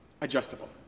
adjustable